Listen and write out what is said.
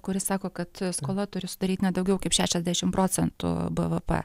kuris sako kad skola turi sudaryt ne daugiau kaip šešiasdešim procentų bvp